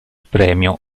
premio